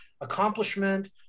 accomplishment